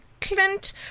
Clint